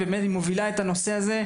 והיא מובילה את הנושא הזה,